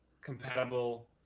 compatible